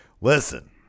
Listen